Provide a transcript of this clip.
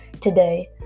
Today